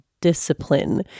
discipline